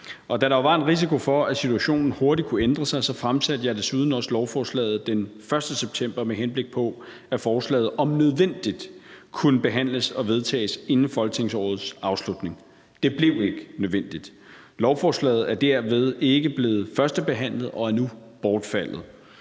da der var en risiko for, at situationen hurtigt kunne ændre sig, fremsatte jeg desuden også lovforslaget den 1. september, med henblik på at forslaget om nødvendigt kunne behandles og vedtages inden folketingsårets afslutning. Det blev ikke nødvendigt. Lovforslaget er derved ikke blevet førstebehandlet og er nu bortfaldet.